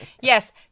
Yes